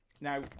Now